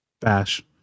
bash